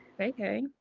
okay